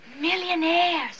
Millionaires